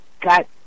got